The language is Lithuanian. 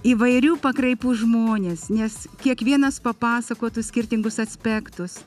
įvairių pakraipų žmonės nes kiekvienas papasakotų skirtingus aspektus